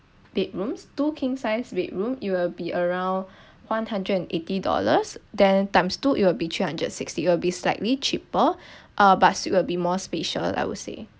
bedrooms two king size bed room it will be around one hundred and eighty dollars then times two it will be three hundred sixty will be slightly cheaper uh but it will be more spatial I would say